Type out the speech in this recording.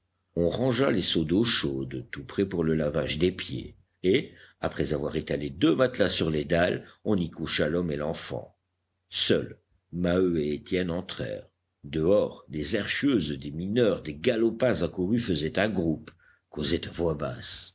on rangea les seaux d'eau chaude tout prêts pour le lavage des pieds et après avoir étalé deux matelas sur les dalles on y coucha l'homme et l'enfant seuls maheu et étienne entrèrent dehors des herscheuses des mineurs des galopins accourus faisaient un groupe causaient à voix basse